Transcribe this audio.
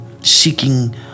seeking